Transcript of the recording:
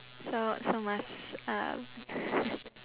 so so must um